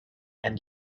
and